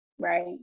right